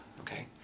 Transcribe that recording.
okay